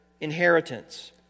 inheritance